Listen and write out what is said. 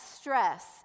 stress